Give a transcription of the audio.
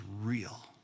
real